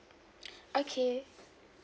okay